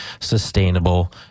sustainable